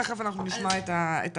תיכף אנחנו נשמע את ההמשך,